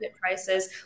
prices